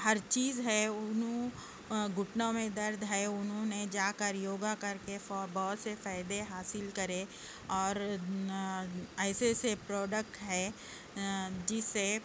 ہر چیز ہے انھوں گھٹنوں میں درد ہے انہوں نے جا کر یوگا کر کے فو بہت سے فائدے حاصل کرے اور ایسے ایسے پروڈکٹ ہے جس سے